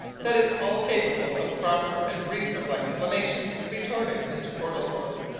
that it's all capable of proper and reasonable explanation! retorted mr. portlethorpe.